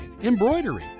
embroidery